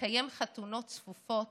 לקיים חתונות צפופות